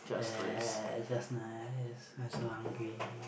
eh just nice I'm so hungry